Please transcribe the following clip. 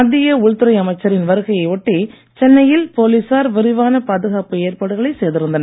மத்திய உள்துறை அமைச்சரின் வருகையை ஒட்டி சென்னையில் போலீசார் விரிவான பாதுகாப்பு ஏற்பாடுகளை செய்திருந்தனர்